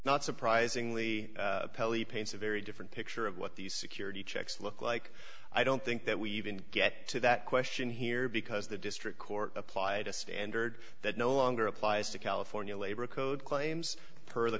not surprisingly pelley paints a very different picture of what these security checks look like i don't think that we even get to that question here because the district court applied a standard that no longer applies to california labor code claims per the